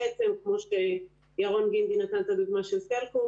כמו הדוגמה של סלקום